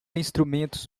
instrumentos